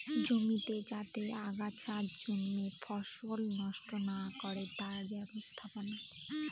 জমিতে যাতে আগাছা জন্মে ফসল নষ্ট না করে তার ব্যবস্থাপনা